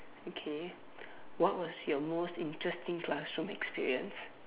okay what was your most interesting classroom experience